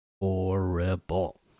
horrible